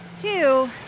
two